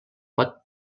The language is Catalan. pot